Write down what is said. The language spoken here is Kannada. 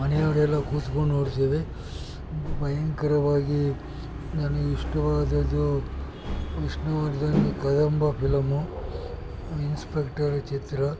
ಮನೆಯವರೆಲ್ಲ ಕೂತ್ಕೊಂಡು ನೋಡ್ತೀವಿ ಭಯಂಕರವಾಗಿ ನನಗೆ ಇಷ್ಟವಾದದ್ದು ವಿಷ್ಣುವರ್ಧನದ್ದು ಕದಂಬ ಫಿಲಮ್ಮು ಇನ್ಸ್ಪೆಕ್ಟರ್ ಚಿತ್ರ